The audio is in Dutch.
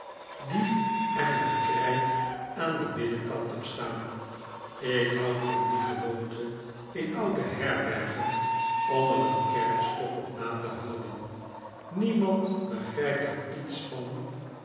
die er met krijt aan den binnenkant op staan lk houd van die gewoonte in oude herberfen om er een kerfstok op na te houden fiemand begrijpt er iets van